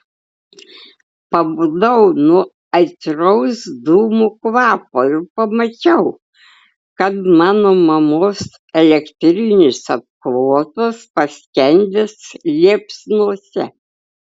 pabudau nuo aitraus dūmų kvapo ir pamačiau kad mano mamos elektrinis apklotas paskendęs liepsnose